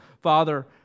Father